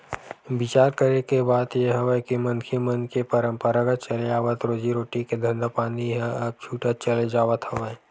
बिचार करे के बात ये हवय के मनखे मन के पंरापरागत चले आवत रोजी रोटी के धंधापानी ह अब छूटत चले जावत हवय